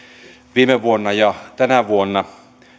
viime vuonna me ylitimme ja tänä vuonna